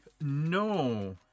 no